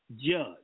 judge